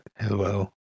Hello